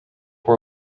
war